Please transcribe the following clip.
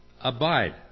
Abide